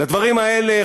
לדברים האלה,